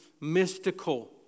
mystical